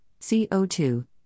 CO2